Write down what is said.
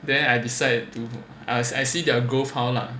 then I decided to I see their growth how lah